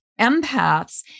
empaths